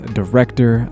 director